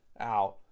out